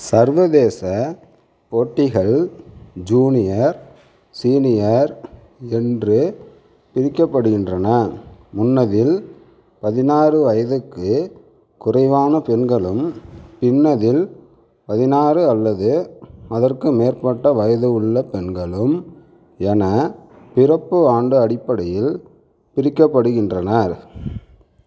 சர்வதேச போட்டிகள் junior senior என்று பிரிக்கப்படுகின்றன முன்னதில் பதினாறு வயதுக்குக் குறைவான பெண்களும் பின்னதில் பதினாறு அல்லது அதற்கு மேற்பட்ட வயதுள்ள பெண்களும் என பிறப்பு ஆண்டு அடிப்படையில் பிரிக்கப்படுகின்றனர்